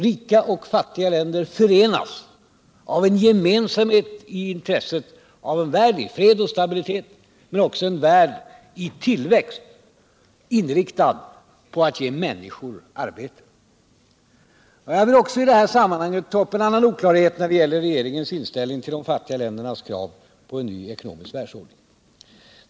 Rika och fattiga länder förenas av en gemensamhet i intresset av en värld i fred och stabilitet men också en värld i tillväxt, inriktad på att ge människor arbete. Jag vill också i detta sammanhang ta upp en annan oklarhet när det gäller regeringens inställning till de fattiga ländernas krav på en ny ekonomisk världsordning.